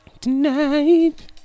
Tonight